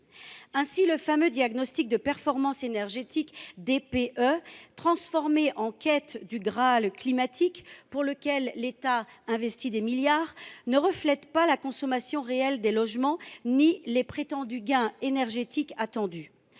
Ainsi, le fameux « diagnostic de performance énergétique », ou DPE, transformé en quête du Graal climatique, pour lequel l’État investit des milliards d’euros, ne reflète pas la consommation réelle des logements ni les gains énergétiques